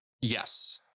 Yes